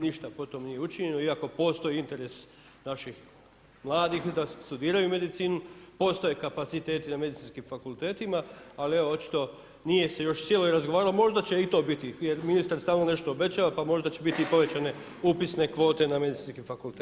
Ništa potom nije učinjeno iako postoji interes naših mladih da studiraju medicinu, postoje kapaciteti na medicinskim fakultetima, ali evo očito nije se još sjelo i razgovaralo ali možda će i to biti jer ministar stalno nešto obećava pa možda će biti i povećane upisne kvote na medicinskim fakultetima.